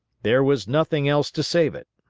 there was nothing else to save it.